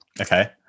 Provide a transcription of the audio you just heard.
Okay